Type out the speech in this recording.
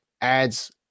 adds –